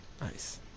Nice